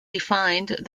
defined